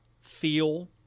feel